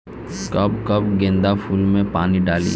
कब कब गेंदा फुल में पानी डाली?